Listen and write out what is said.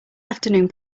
afternoon